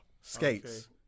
skates